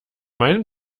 meinen